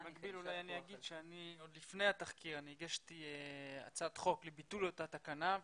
אולי אני אומר שאני עוד לפני התחקיר הגשתי הצעת חוק לביטול אותה תקנה,